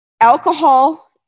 alcohol